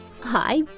Hi